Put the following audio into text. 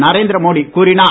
நரேந்திர மோடி கூறினார்